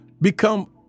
become